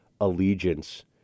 allegiance